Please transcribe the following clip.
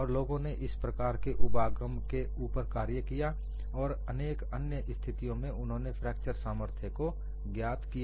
और लोगों ने इस प्रकार के उपागम के ऊपर कार्य किया और अनेक अन्य स्थितियों में उन्होंने फ्रैक्चर सामर्थ्य को ज्ञात किया